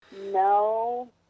No